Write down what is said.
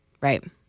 right